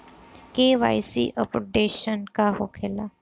KYC updation का होखेला?